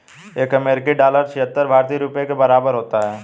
एक अमेरिकी डॉलर छिहत्तर भारतीय रुपये के बराबर होता है